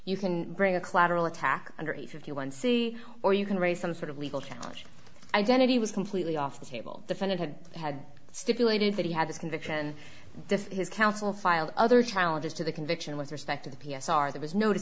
you can bring a collateral attack under a fifty one c or you can raise some sort of legal challenge identity was completely off the table defendant had had stipulated that he had this conviction this his counsel filed other challenges to the conviction with respect to the p s r there was no